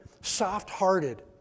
soft-hearted